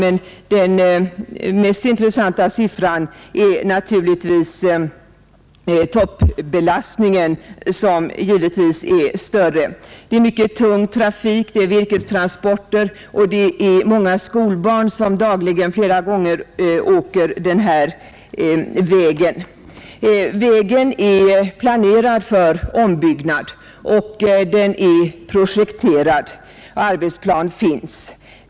Men den mest intressanta siffran gäller naturligtivs toppbelastningen, som givetvis är större. Det förekommer mycket tung trafik på denna stäcka, bl.a. virkestransporter, och många skolbarn åker den dagligen flera gånger. Vägen är planerad för ombyggnad, och den är projekterad. Arbetsplan finns.